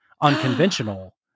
unconventional